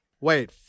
Wait